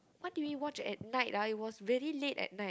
what did we watch at night ah it was really late at night